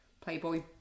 playboy